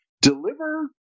deliver